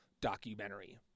documentary